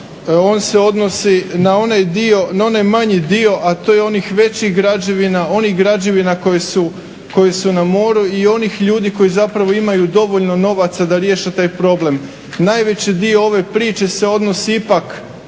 on se odnosi na onaj manji dio a to je onih većih građevina, onih građevina koje su na moru i onih ljudi koji zapravo imaju dovoljno novaca da riješe taj problem. Najveći dio ove priče se odnosi ipak